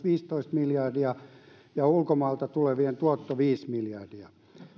viisitoista miljardia ja ulkomailta tulevien tuotto viisi miljardia